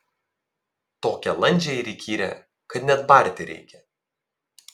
tokią landžią ir įkyrią kad net barti reikia